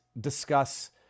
discuss